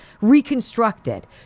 reconstructed